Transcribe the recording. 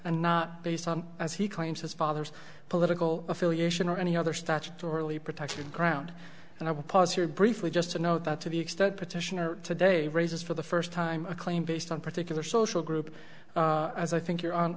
and not based on as he claims his father's political affiliation or any other statutorily protection ground and i will pause here briefly just to note that to the extent petitioner today raises for the first time a claim based on particular social group as i think you're on